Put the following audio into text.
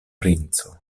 princo